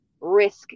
risk